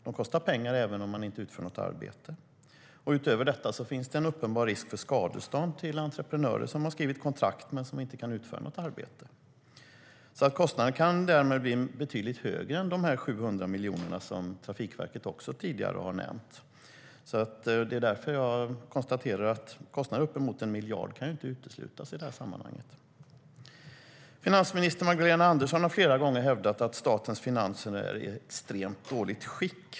De kostar pengar även om man inte utför något arbete. Finansminister Magdalena Andersson har flera gånger hävdat att statens finanser är i extremt dåligt skick.